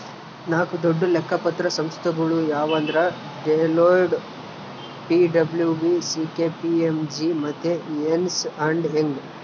ನಾಕು ದೊಡ್ಡ ಲೆಕ್ಕ ಪತ್ರ ಸಂಸ್ಥೆಗುಳು ಯಾವಂದ್ರ ಡೆಲೋಯ್ಟ್, ಪಿ.ಡಬ್ಲೂ.ಸಿ.ಕೆ.ಪಿ.ಎಮ್.ಜಿ ಮತ್ತೆ ಎರ್ನ್ಸ್ ಅಂಡ್ ಯಂಗ್